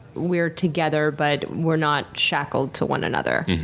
we're together, but we're not shackled to one another?